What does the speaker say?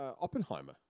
Oppenheimer